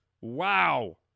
Wow